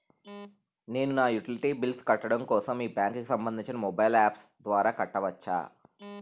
నేను నా utility bills కట్టడం కోసం మీ బ్యాంక్ కి సంబందించిన మొబైల్ అప్స్ ద్వారా కట్టవచ్చా?